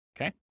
okay